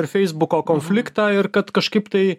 ir feisbuko konfliktą ir kad kažkaip tai